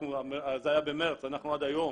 זה היה במרץ, אנחנו עד היום